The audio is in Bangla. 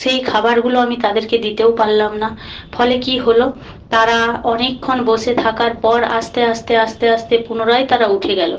সেই খাবারগুলো আমি তাদেরকে দিতেও পারলাম না ফলে কী হলো তারা অনেকক্ষণ বসে থাকার পর আস্তে আস্তে আস্তে আস্তে পুনরায় তারা উঠে গেল